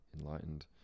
enlightened